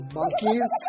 monkeys